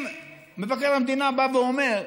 אם מבקר המדינה בא ואומר: